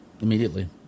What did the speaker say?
Immediately